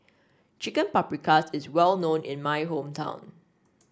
Chicken Paprikas is well known in my hometown